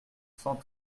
cent